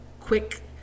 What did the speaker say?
quick